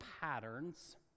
patterns